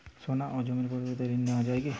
সোনা বা জমির পরিবর্তে ঋণ নেওয়া যায় কী?